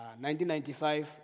1995